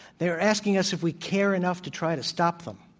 they are asking us if we care enough to try to stop them.